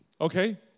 okay